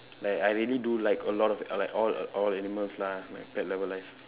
like I really do like a lot of like all all animals lah like pet lover life